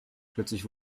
plötzlich